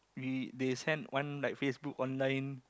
we they send one like Facebook online